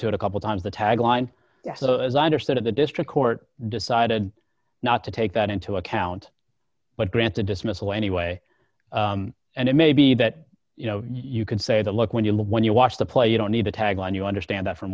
to it a couple times the tag line so as i understand it the district court decided not to take that into account but granted dismissal anyway and it may be that you know you can say that look when you look when you watch the play you don't need the tagline you understand that from